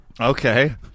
Okay